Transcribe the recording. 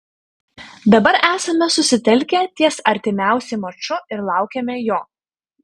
dabar esame susitelkę ties artimiausi maču ir laukiame jo